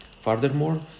Furthermore